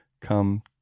come